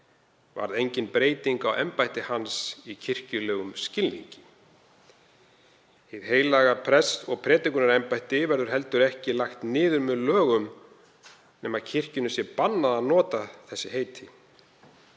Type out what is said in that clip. varð engin breyting á embætti hans í kirkjulegum skilningi. Hið heilaga prests- og predikunarembætti verður heldur ekki lagt niður með lögum nema kirkjunni sé bannað að nota þau heiti.